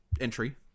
entry